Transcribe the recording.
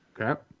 okay